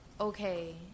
okay